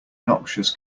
noxious